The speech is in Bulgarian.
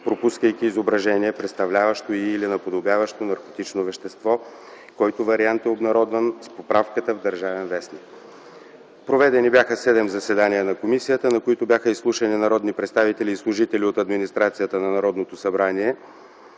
(пропускайки изображение, представляващо или наподобяващо наркотично вещество), който вариант е обнародван с поправката в „Държавен вестник” на 23 март 2010 г. Проведени бяха 7 заседания на комисията, на които бяха изслушани народни представители и служители от администрацията на Народното събрание.